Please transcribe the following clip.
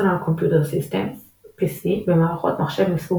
PC – Personal Computer systemsבמערכות מחשב מסוג